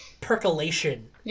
percolation